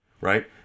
right